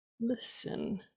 listen